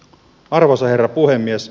arvoisa herra puhemies